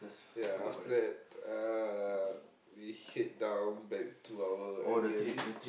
ya after that uh we head down back to our air-B_N_B